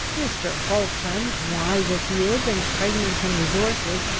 mr. falkland, wise as he is, and pregnant in resources,